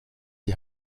die